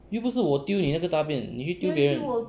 又不是我丢你那个大便你去丢别人